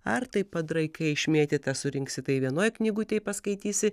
ar tai padraikai išmėtyta surinksi tai vienoj knygutėje paskaitysi